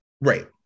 Right